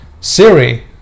Siri